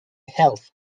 health